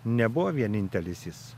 nebuvo vienintelisjis